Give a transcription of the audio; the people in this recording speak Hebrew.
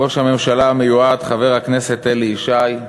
ראש הממשלה המיועד חבר הכנסת אלי ישי,